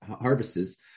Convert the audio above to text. harvests